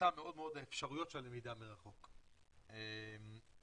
האפשרויות ללמידה מרחוק מאוד מצומצמות.